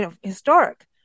historic